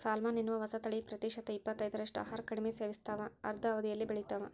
salmon ಎನ್ನುವ ಹೊಸತಳಿ ಪ್ರತಿಶತ ಇಪ್ಪತ್ತೈದರಷ್ಟು ಆಹಾರ ಕಡಿಮೆ ಸೇವಿಸ್ತಾವ ಅರ್ಧ ಅವಧಿಯಲ್ಲೇ ಬೆಳಿತಾವ